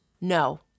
No